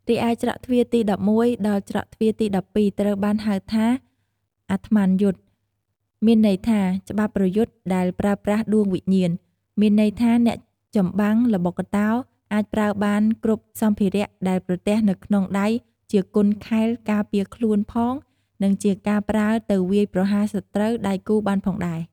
រីឯច្រកទ្វារទី១១ ដល់ច្រកទ្វារទី១២ ត្រូវបានហៅថា "អាត្ម័នយុទ្ធ" មានន័យថា ច្បាប់ប្រយុទ្ធ ដែលប្រើប្រាស់ដួងវិញាណ មានន័យថា អ្នកចម្បាំងល្បុក្កតោអាចប្រើបាន គ្រប់សំភារៈដែលប្រទះនៅក្នុងដៃជាគុនខែលការពារខ្លួនផង និងជាការប្រើទៅវាយប្រហារសត្រូវ ដៃគូបានផងដែរ។